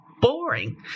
boring